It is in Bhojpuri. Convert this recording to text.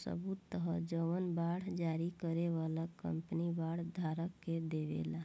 सबूत ह जवन बांड जारी करे वाला कंपनी बांड धारक के देवेला